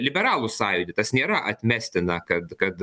liberalų sąjūdį tas nėra atmestina kad kad